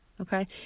Okay